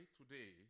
today